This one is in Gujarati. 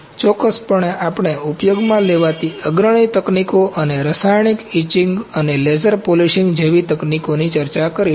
પરંતુ ચોક્કસપણે આપણે ઉપયોગમાં લેવાતી અગ્રણી તકનીકો અને રાસાયણિક ઇચિંગ અને લેસર પોલિશિંગ જેવી તકનીકોની ચર્ચા કરીશું